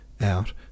out